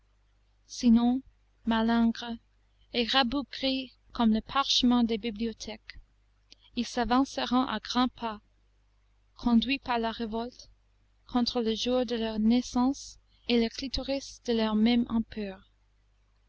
sinon malingres et rabougris comme le parchemin des bibliothèques ils s'avanceront à grands pas conduits par la révolte contre le jour de leur naissance et le clitoris de leur mère